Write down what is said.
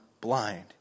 blind